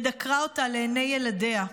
ודקרה אותה לעיני ילדיה.